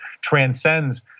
transcends